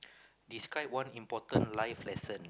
describe one important life lesson